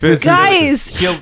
Guys